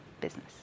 business